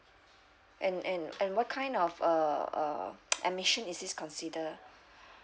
and and and what kind of uh uh admission is this consider